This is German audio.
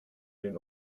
den